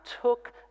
took